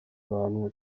bahanwa